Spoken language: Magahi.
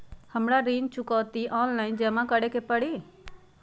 हमरा ऋण चुकौती ऑनलाइन जमा करे के परी?